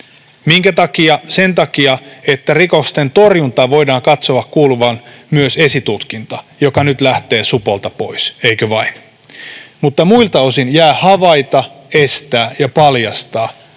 Minkä takia? Sen takia, että rikosten torjuntaan voidaan katsoa kuuluvan myös esitutkinta, joka nyt lähtee supolta pois, eikö vain? Mutta muilta osin jää ”havaita, estää ja paljastaa”.